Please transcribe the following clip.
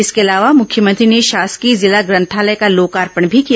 इसके अलावा मुख्यमंत्री ने शासकीय जिला ग्रंथालय का लोकार्पण भी किया